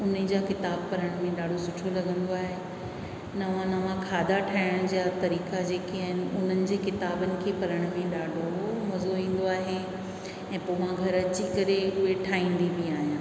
उने जा किताब पढ़ण में ॾाढो सुठो लॻंदो आहे नवा नवा खाधा ठाहिण जा तरीक़ा जेके आहिनि उन्हनि जे किताबनि खे पढ़ण में ॾाढो मज़ो ईंदो आहे ऐं पोइ मां घरु अची करे उहे ठाईंदी बि आहियां ऐं